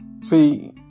see